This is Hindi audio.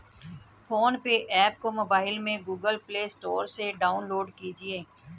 फोन पे ऐप को मोबाइल में गूगल प्ले स्टोर से डाउनलोड कीजिए